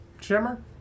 Shimmer